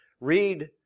Read